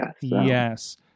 Yes